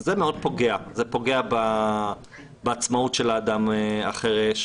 זה מאוד פוגע בעצמאות של האדם החירש.